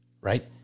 right